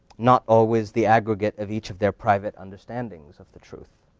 not always the aggregate of each of their private understandings of the truth.